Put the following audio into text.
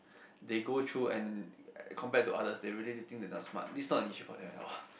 they go through and compare to others they really think they not smart is not an issue for them at all